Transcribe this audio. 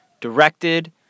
directed